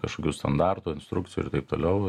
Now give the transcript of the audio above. kažkokių standartų instrukcijų ir taip toliau